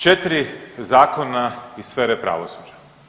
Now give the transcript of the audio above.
4 zakona iz sfere pravosuđa.